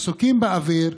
מסוקים באוויר,